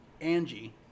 Angie